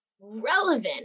relevant